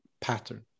pattern